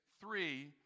three